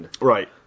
Right